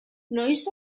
noiz